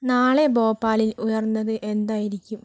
നാളെ ഭോപ്പാലിൽ ഉയർന്നത് എന്തായിരിക്കും